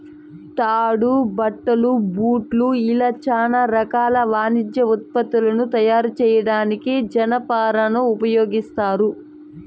తాడు, బట్టలు, బూట్లు ఇలా చానా రకాల వాణిజ్య ఉత్పత్తులను తయారు చేయడానికి జనపనారను ఉపయోగిత్తారు